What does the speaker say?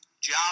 job